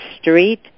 Street